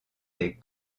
des